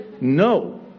no